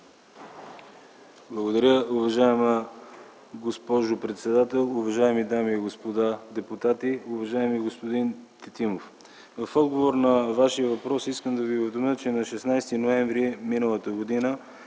Благодаря, уважаема госпожо председател. Уважаеми дами и господа депутати! Уважаеми господин Тетимов, в отговор на Вашия въпрос искам да Ви уведомя, че на 16 ноември м.г.